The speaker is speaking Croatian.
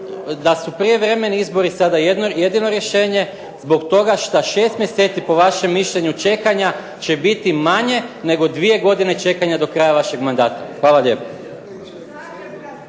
da su prijevremeni izbori sada jedino rješenje zbog toga šta 6 mjeseci po vašem mišljenju čekanja će biti manje nego dvije godine čekanja do kraja vašeg mandata. Hvala lijepo.